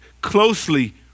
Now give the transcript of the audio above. closely